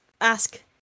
ask